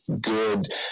good